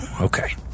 Okay